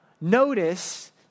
notice